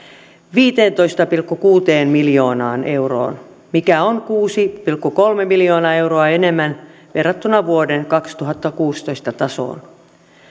viiteentoista pilkku kuuteen miljoonaan euroon mikä on kuusi pilkku kolme miljoonaa euroa enemmän verrattuna vuoden kaksituhattakuusitoista tasoon